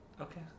Okay